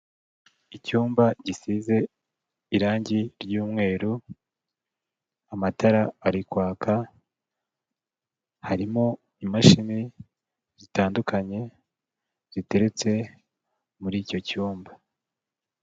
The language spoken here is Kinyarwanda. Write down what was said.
Icyumba gisize irange ry'umweru, amatara ari kwaka, harimo imashini zitandukanye ziteretse muri icyo cyumba.